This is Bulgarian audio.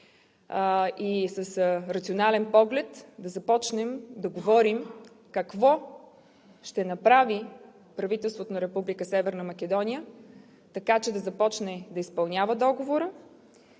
и с рационален поглед да започнем да говорим какво ще направи правителството на Република Северна Македония, така че да започне да изпълнява Договора,